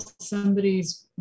somebody's